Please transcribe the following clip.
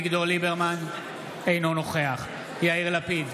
אינו נוכח יאיר לפיד,